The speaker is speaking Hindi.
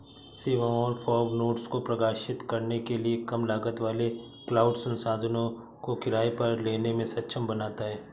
सेवाओं और फॉग नोड्स को प्रकाशित करने के लिए कम लागत वाले क्लाउड संसाधनों को किराए पर लेने में सक्षम बनाता है